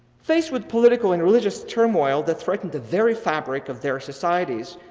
faced with political and religious turmoil that threatened the very fabric of their societies,